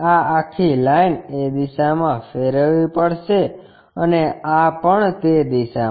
આ આખી લાઈન એ દિશામાં ફેરવવી પડશે અને આ પણ તે દિશામાં